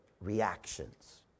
reactions